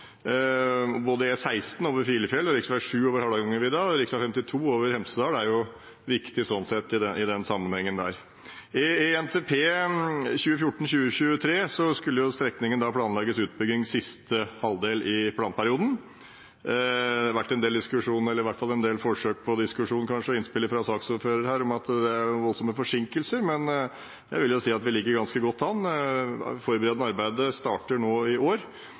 Både E16 over Filefjell, rv. 7 over Hardangervidda og rv. 52 over Hemsedal er viktige i den sammenhengen. I NTP 2014–2023 er strekningen planlagt utbygd siste halvdel i planperioden. Det har vært en del diskusjon, eller i hvert fall forsøk på diskusjon, og innspill fra saksordføreren her om at det er voldsomme forsinkelser, men jeg vil si at vi ligger ganske godt an. Det forberedende arbeidet starter nå i år,